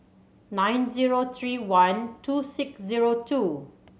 nine zero three one two six zero two